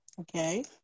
Okay